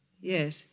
Yes